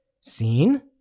Seen